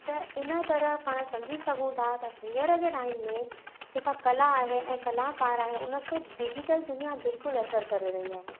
त इन तरह पाण सम्झी सघूं था त हींअर जे टाइम में जेका कला आहे ऐं कला आहे उन खे डिजिटल दुनिया बिल्कुलु असर करे रही आहे